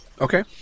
Okay